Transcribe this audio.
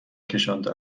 کشانده